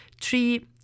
three